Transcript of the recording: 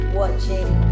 watching